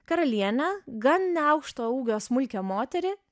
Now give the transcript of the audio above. karalienę gan neaukšto ūgio smulkią moterį